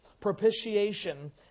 Propitiation